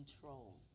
control